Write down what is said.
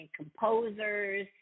composers